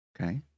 Okay